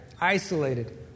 isolated